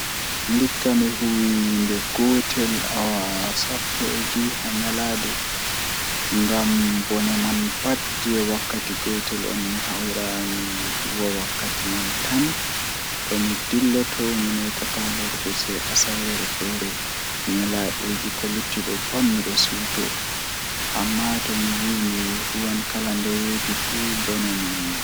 Ndikka mi huwi nde gotel awa sappo e joye haa nyalande ngam bone ngam bone man pat jei wakkati goyel on mi hawra mi huwa wakkati man tan tomi dilloto mi metata lorugo sei asaweere feere nyalandeeji ko lutti do fuu midon siwto amma to mivi mi huwan kala nde weeti fuu bone man duddum